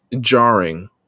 jarring